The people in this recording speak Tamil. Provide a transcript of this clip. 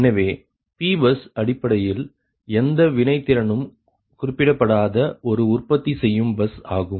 எனவே Pபஸ் அடிப்படையில் எந்த வினைத்திறனும் குறிப்பிடப்படாத ஒரு உற்பத்தி செய்யும் பஸ் ஆகும்